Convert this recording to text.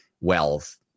wealth